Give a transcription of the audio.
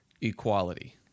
equality